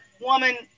Woman